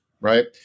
right